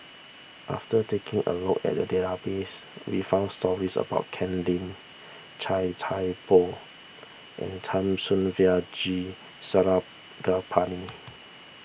after taking a look at the database we found stories about Ken Lim Chia Thye Poh and G Sarangapani